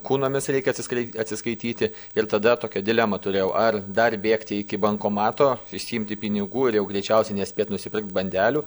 kunomis reikia atsiskai atsiskaityti ir tada tokia dilema turėjau ar dar bėgti iki bankomato išsiimti pinigų ir jau greičiausiai nespėt nusipirkt bandelių